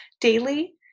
daily